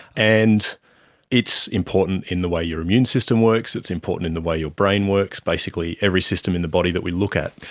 and it's important in the way your immune system works, it's important in the way your brain works, basically every system in the body that we look at.